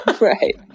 right